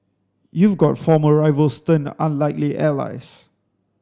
you've got former rivals turned unlikely allies